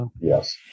Yes